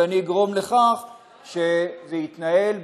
ואני אגרום לכך שזה יתנהל,